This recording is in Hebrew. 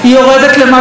בבתי הספר,